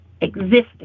existing